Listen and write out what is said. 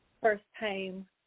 first-time